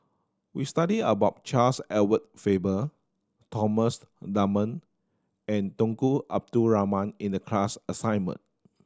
we studied about Charles Edward Faber Thomas Dunman and Tunku Abdul Rahman in the class assignment